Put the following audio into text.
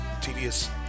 tedious